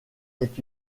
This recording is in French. est